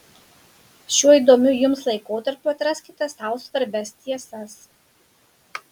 šiuo įdomiu jums laikotarpiu atraskite sau svarbias tiesas